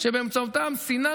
לא משנה מה הסיבות לעזיבתו,